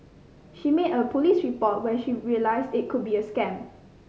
she made a police report when she realised it could be a scam